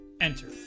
enter